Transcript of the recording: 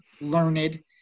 learned